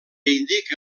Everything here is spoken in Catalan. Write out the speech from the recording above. indica